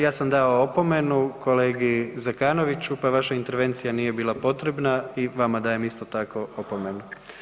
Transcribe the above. Ja sam dao opomenu kolegi Zekanoviću, pa vaša intervencija nije bila potrebna i vama dajem isto tako opomenu.